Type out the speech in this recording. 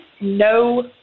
no